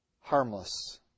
harmless